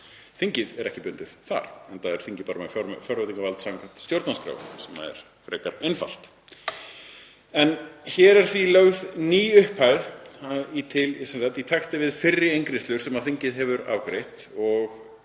Þingið er ekki bundið þar enda er þingið með fjárveitingavald samkvæmt stjórnarskrá, sem er frekar einfalt. Hér er því lögð til ný upphæð í takti við fyrri eingreiðslur sem þingið hefur afgreitt og